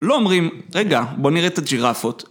לא אומרים, רגע בוא נראה את הג'ירפות